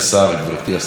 גברתי השרה.